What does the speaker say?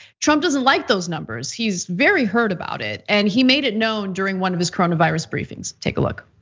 trump doesn't like those numbers. he's very hurt about it, and he made it known during one of his coronavirus briefings. take a look.